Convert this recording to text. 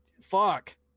fuck